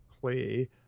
play